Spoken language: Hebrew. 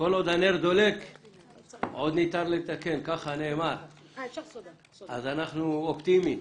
כל עוד הנר דולק אפשר עוד לתקן אז אנחנו אופטימיים.